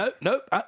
Nope